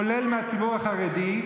כולל מהציבור החרדי,